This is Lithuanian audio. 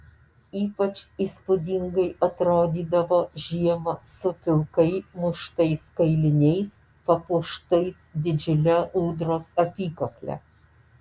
ypač įspūdingai atrodydavo žiemą su pilkai muštais kailiniais papuoštais didžiule ūdros apykakle